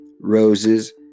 Roses